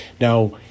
Now